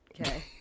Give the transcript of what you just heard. Okay